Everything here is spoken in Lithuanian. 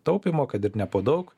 taupymo kad ir ne po daug